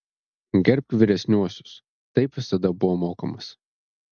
gerbk vyresniuosius taip visada buvo mokomas